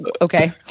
okay